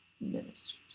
ministers